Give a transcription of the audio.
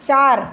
চার